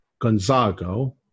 Gonzago